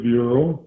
Bureau